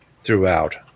throughout